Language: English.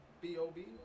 B-O-B